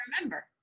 remember